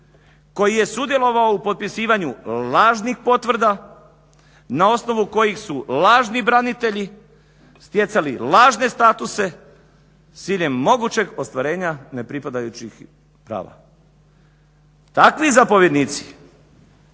koji je sudjelovao u potpisivanju lažnih potvrda na osnovu kojih su lažni branitelji stjecali lažne statuse s ciljem mogućeg ostvarenja nepripadajućih … /Govornik